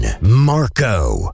Marco